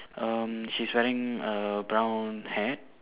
um she's wearing a brown hat